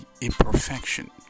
imperfection